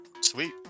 sweet